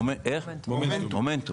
מומנטום.